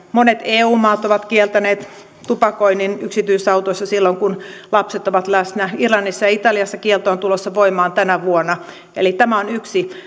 monet eu maat ovat kieltäneet tupakoinnin yksityisautoissa silloin kun lapset ovat läsnä irlannissa ja italiassa kielto on tulossa voimaan tänä vuonna eli tämä on yksi